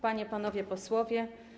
Panie i Panowie Posłowie!